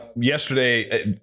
yesterday